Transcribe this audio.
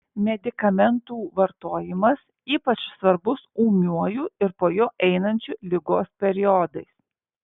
medikamentų vartojimas ypač svarbus ūmiuoju ir po jo einančiu ligos periodais